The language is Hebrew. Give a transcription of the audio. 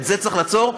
את זה צריך לעצור,